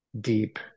deep